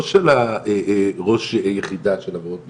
לא של ראש יחידה של עבירות מין,